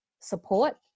support